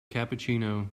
cappuccino